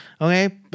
okay